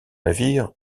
navires